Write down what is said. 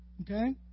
Okay